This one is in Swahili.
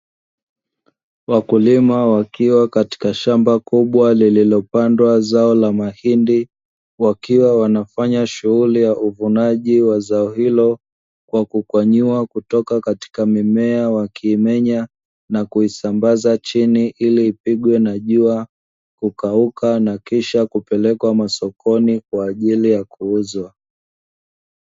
Wakulima wakiwa katika shamba kubwa lililopandwa zao la mahindi wakiwa wanafanya shughuli ya uvunaji wa zao hilo, kwa kukwanyua kutoka katika mimea wakiimenya na kuisambaza chini ili ipingwe na jua, kukauka na kisha kupelekwa masokoni kwa ajili ya kuuzwa.